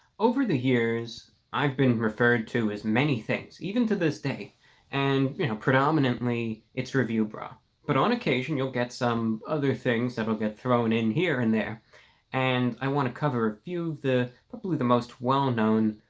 over the years i've been referred to as many things even to this day and you know predominantly, it's review brah but on occasion you'll get some other things that will get thrown in here and there and i want to cover a few the probably the most well known